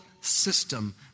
system